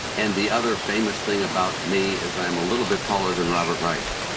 and the other famous thing about me is i am a little bit taller than robert reich.